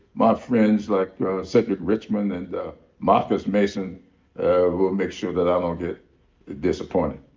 my friends like cedric richmond and marcus mason will make sure that i don't get disappointed.